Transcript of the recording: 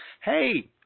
Hey